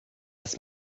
ist